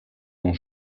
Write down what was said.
ont